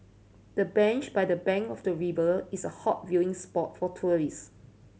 the bench by the bank of the river is a hot viewing spot for tourists